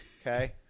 okay